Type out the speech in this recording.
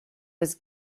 was